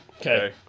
Okay